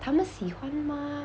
他们喜欢吗